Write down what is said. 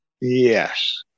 yes